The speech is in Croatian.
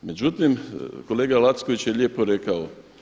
Međutim, kolega Lacković je lijepo rekao.